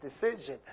decision